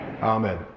Amen